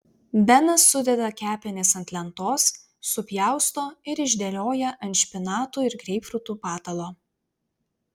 benas sudeda kepenis ant lentos supjausto ir išdėlioja ant špinatų ir greipfrutų patalo